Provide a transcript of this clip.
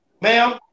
Ma'am